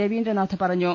രവീന്ദ്രനാഥ് പറഞ്ഞു